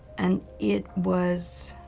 and it was